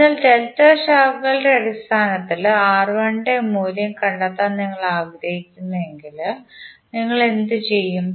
അതിനാൽ ഡെൽറ്റ ശാഖകളുടെ അടിസ്ഥാനത്തിൽ R1 ന്റെ മൂല്യം കണ്ടെത്താൻ നിങ്ങൾ ആഗ്രഹിക്കുന്നുവെങ്കിൽ നിങ്ങൾ എന്തു ചെയ്യും